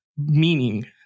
Meaning